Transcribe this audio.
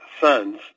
sons